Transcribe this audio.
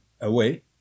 away